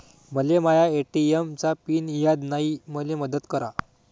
मले माया ए.टी.एम चा पिन याद नायी, मले मदत करा